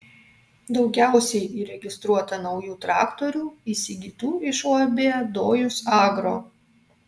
daugiausiai įregistruota naujų traktorių įsigytų iš uab dojus agro